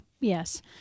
Yes